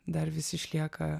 dar vis išlieka